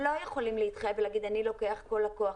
הן לא יכולות להתחייב ולומר שהן לוקחות כל לקוח,